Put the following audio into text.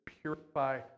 purify